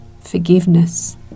forgiveness